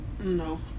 No